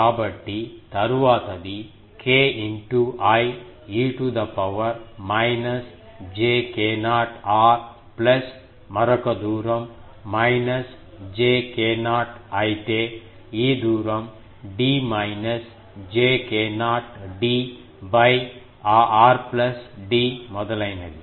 కాబట్టి తరువాతిది K I e to the power minus j k0 r plus మరొక దూరం మైనస్ j k0 అయితే ఈ దూరం d minus j k0 d ఆ r ప్లస్ d మొదలైనవి